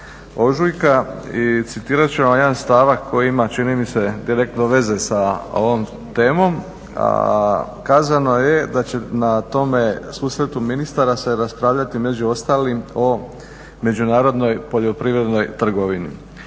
ožujka i citirat ću vam jedan stavak koji ima čini mi se direktno veze sa ovom temom. A kazano je da će na tome susretu ministara se raspravljati među ostalim o međunarodnoj poljoprivrednoj trgovini.